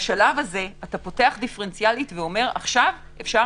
- בשלב הזה אתה פותח דיפרנציאלית ואומר: עכשיו אפשר